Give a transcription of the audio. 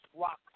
rock